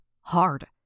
hard